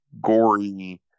gory